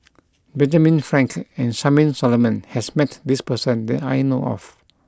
Benjamin Frank and Charmaine Solomon has met this person that I know of